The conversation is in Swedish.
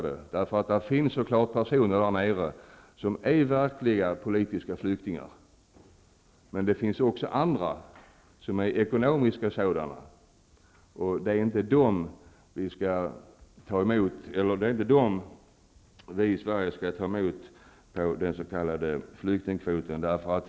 Det finns naturligtvis personer där nere som är verkliga politiska flyktingar. Men det finns också andra, som är ekonomiska flyktingar, och det är inte dem som vi i Sverige skall ta emot på den s.k. flyktingkvoten.